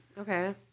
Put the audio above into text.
Okay